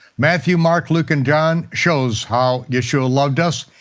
matthew, mark, luke, and john shows how yeshua loved us,